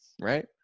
right